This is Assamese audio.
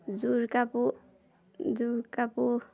জোৰ কাপোৰ জোৰ কাপোৰ